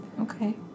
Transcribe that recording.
Okay